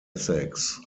essex